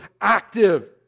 active